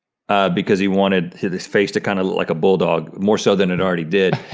because he wanted his face to kind of like a bulldog, more so than an already did.